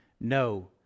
no